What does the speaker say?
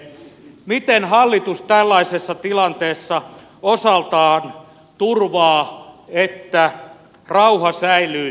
miten hallitus tällaisessa tilanteessa osaltaan turvaa että rauha säilyy työmarkkinoilla